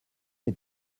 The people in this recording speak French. est